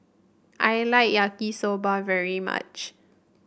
I like Yaki Soba very much